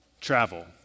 Travel